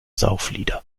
sauflieder